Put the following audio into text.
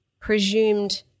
presumed